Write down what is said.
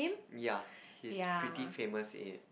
ya he's pretty famous in